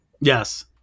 Yes